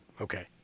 Okay